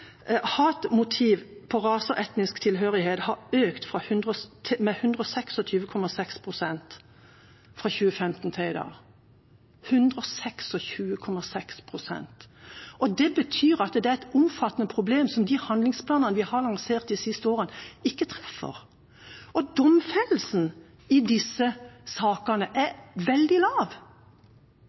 hatmotiv på rase og etnisk tilhørighet har økt med 126,6 pst. fra 2015 til i dag – 126,6 pst. Det betyr at det er et omfattende problem som de handlingsplanene vi har lansert de siste årene, ikke treffer, og domfellelsesraten i disse sakene er veldig lav,